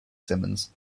simmons